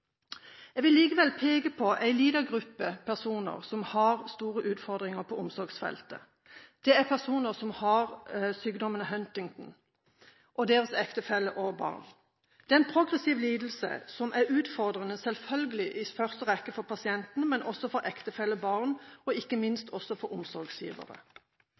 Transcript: Jeg vil likevel peke på en liten gruppe personer som har store utfordringer på omsorgsfeltet. Det er personer som har Huntingtons sykdom og deres ektefeller og barn. Det er en utfordrende progressiv lidelse, selvfølgelig i første rekke for pasienten, men også for ektefelle og barn – og ikke minst for omsorgsgivere.